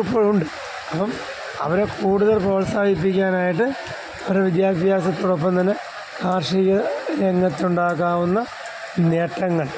ഇപ്പഴും ഉണ്ട് അപ്പം അവരെ കൂടുതൽ പ്രോത്സാഹിപ്പിക്കാനായിട്ട് അവരുടെ വിദ്യാഭ്യാസത്തോടൊപ്പം തന്നെ കാർഷിക രംഗത്തുണ്ടാകാവുന്ന നേട്ടങ്ങൾ